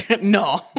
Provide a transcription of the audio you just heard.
No